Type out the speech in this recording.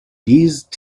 these